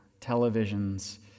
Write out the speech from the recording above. televisions